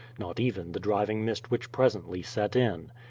not even the driving mist which presently set in.